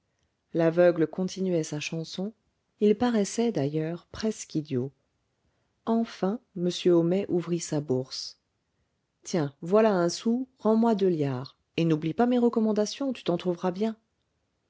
l'aveugle continuait sa chanson il paraissait d'ailleurs presque idiot enfin m homais ouvrit sa bourse tiens voilà un sou rends-moi deux liards et n'oublie pas mes recommandations tu t'en trouveras bien